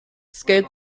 scaled